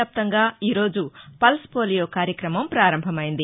వ్యాప్తంగా ఈరోజు పల్స్పోలియో కార్యక్రమం పారంభమైంది